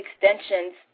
extensions